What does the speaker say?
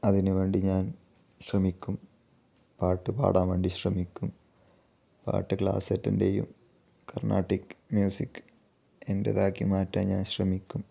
അതിന് വേണ്ടി ഞാൻ ശ്രമിക്കും പാട്ട് പാടാൻ വേണ്ടി ശ്രമിക്കും പാട്ട് ക്ലാസ് അറ്റൻഡ് ചെയ്യും കർണ്ണാട്ടിക് മ്യൂസിക് എൻ്റെതാക്കി മാറ്റാൻ ഞാൻ ശ്രമിക്കും